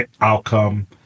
outcome